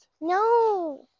No